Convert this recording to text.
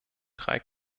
drei